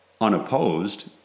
unopposed